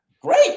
great